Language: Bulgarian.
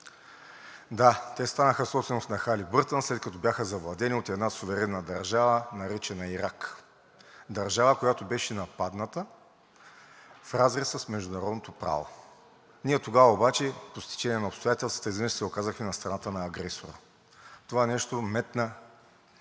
Да, те станаха собственост на Халибъртън, след като бяха завладени от една суверенна държава, наречена Ирак. Държава, която беше нападната в разрез с международното право. Ние тогава обаче по стечение на обстоятелствата изведнъж се оказахме на страната на агресора. Това нещо метна